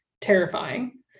terrifying